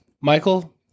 Michael